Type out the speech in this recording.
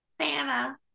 santa